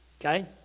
Okay